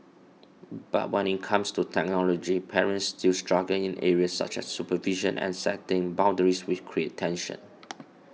but when it comes to technology parents still struggle in areas such as supervision and setting boundaries which creates tension